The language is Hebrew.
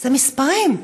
אלה מספרים,